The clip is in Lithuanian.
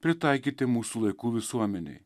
pritaikyti mūsų laikų visuomenei